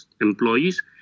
employees